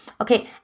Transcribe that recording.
okay